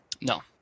No